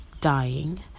dying